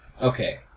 Okay